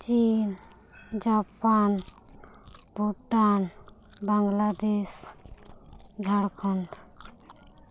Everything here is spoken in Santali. ᱪᱤᱱ ᱡᱟᱯᱟᱱ ᱵᱷᱩᱴᱟᱱ ᱵᱟᱝᱞᱟᱫᱮᱥ ᱡᱷᱟᱲᱠᱷᱚᱸᱰ